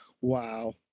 Wow